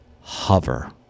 hover